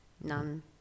None